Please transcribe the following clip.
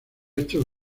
estos